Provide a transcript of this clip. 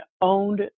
owned